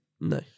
No